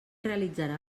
realitzarà